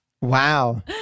wow